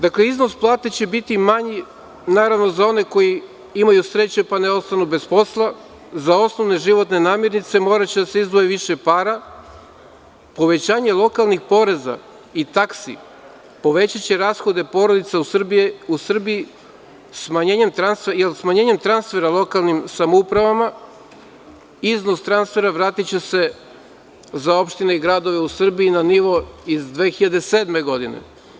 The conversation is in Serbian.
Dakle, iznos plata će biti manji, naravno za one koji imaju sreće pa ne ostanu bez posla, za osnovne životne namernice moraće da se izdvoji više para, povećanje lokalnih poreza i taksi, povećaće rashode porodica u Srbiji, jer smanjenje transfera lokalnih samouprava, iznos transfera vratiće se za opštine i gradove u Srbiji, na nivo iz 2007. godine.